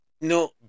no